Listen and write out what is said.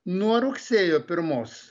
nuo rugsėjo pirmos